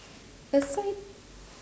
aside